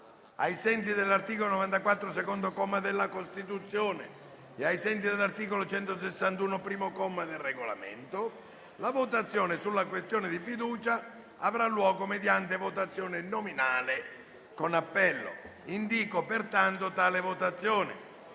Ai sensi dell'articolo 94, secondo comma, della Costituzione e ai sensi dell'articolo 161, comma 1, del Regolamento, la votazione sulla questione di fiducia avrà luogo mediante votazione nominale con appello. Ciascun senatore chiamato